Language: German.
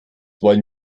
wollen